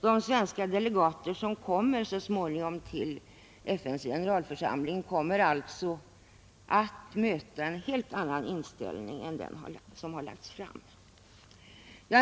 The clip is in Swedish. De svenska delegater som så småningom kommer till FN:s generalförsamling kommer alltså att möta en helt annan inställning än den herr Ernulf gav uttryck åt här i dag.